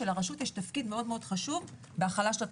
שלרשות יש תפקיד מאוד מאוד חשוב בהכלה של התחלואה,